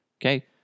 okay